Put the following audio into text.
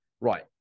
right